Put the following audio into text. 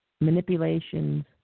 manipulations